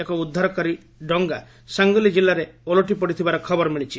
ଏକ ଉଦ୍ଧାରକାରୀ ଡଙ୍ଗା ସାଙ୍ଗଲି ଜିଲ୍ଲାରେ ଓଲଟି ପଡ଼ିଥିବାର ଖବର ମିଳିଛି